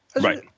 right